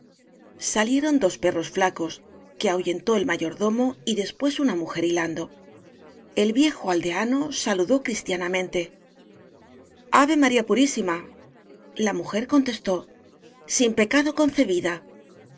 salieron dos perros flacos que ahuyentó el mayordomo y después una mujer hilando el viejo aldeano saludó cristianamente ave maría purísima la mujer contestó sin pecado concebida